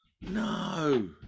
No